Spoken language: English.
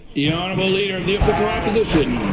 the honorable leader of the official opposition.